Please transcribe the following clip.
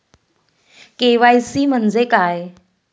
KYC म्हणजे काय आहे?